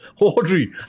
Audrey